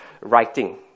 writing